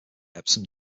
epsom